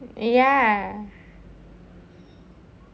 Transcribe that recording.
ya